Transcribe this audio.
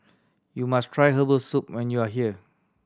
you must try herbal soup when you are here